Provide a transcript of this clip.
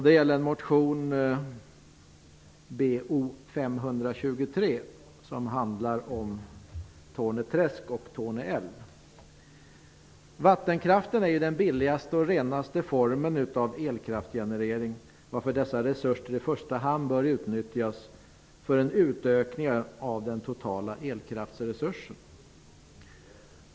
Det gäller motion Bo523 som handlar om Torne träsk och Vattenkraften är ju den billigaste och renaste formen av elkraftgenerering varför dessa resurser i första hand bör utnyttjas för en utökning av den totala elkraftsresursen.